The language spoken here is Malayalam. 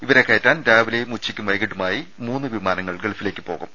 ഇവരെ കയറ്റാൻ രാവിലെയും ഉച്ചയ്ക്കും വൈകീട്ടുമായി മൂന്ന് വിമാനങ്ങൾ ഗൾഫിലേക്ക് പോകും